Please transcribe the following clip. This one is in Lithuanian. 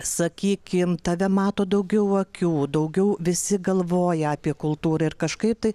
sakykime tave mato daugiau akių daugiau visi galvoja apie kultūrą ir kažkaip tai